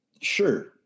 sure